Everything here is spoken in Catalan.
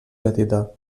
petita